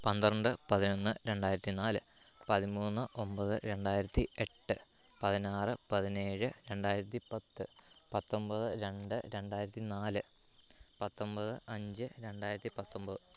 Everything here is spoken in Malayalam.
പന്ത്രണ്ട് പതിനൊന്ന് രണ്ടായിരത്തി നാല് പതിമൂന്ന് ഒൻപത് രണ്ടായിരത്തി എട്ട് പതിനാറ് പതിനേഴ് രണ്ടായിരത്തി പത്ത് പത്തൊൻപത് രണ്ട് രണ്ടായിരത്തി നാല് പത്തൊൻപത് അഞ്ച് രണ്ടായിരത്തി പത്തൊൻപത്